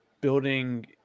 building